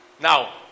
now